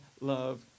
love